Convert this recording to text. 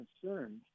concerned